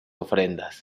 ofrendas